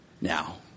Now